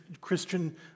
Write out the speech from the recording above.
Christian